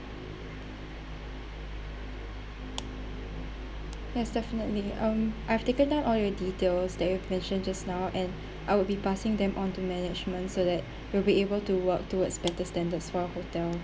yes definitely um I've taken down all your details that you mentioned just now and I would be passing them on to management so that they'll be able to work towards better standards for our hotel